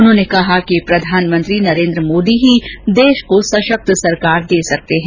उन्होंने कहा कि प्रधानमंत्री नरेन्द्र मोदी ही देश को सशक्त सरकार दे सकते हैं